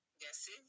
Yes